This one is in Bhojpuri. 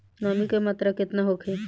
नमी के मात्रा केतना होखे?